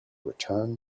return